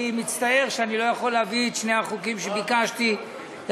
אני מצטער שאני לא יכול להביא את שני החוקים שביקשתי להביא,